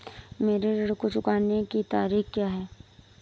मेरे ऋण को चुकाने की तारीख़ क्या है?